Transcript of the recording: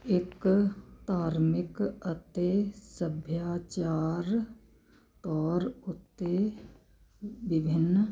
ਇੱਕ ਧਾਰਮਿਕ ਅਤੇ ਸੱਭਿਆਚਾਰ ਤੌਰ ਉੱਤੇ ਵਿਭਿੰਨ